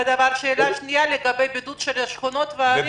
ושאלה שנייה לגבי בידוד של שכונות וערים.